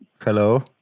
Hello